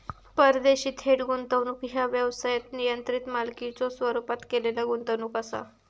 परदेशी थेट गुंतवणूक ह्या व्यवसायात नियंत्रित मालकीच्यो स्वरूपात केलेला गुंतवणूक असा